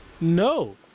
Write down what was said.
No